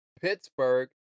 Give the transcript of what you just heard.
Pittsburgh